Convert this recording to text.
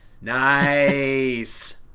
Nice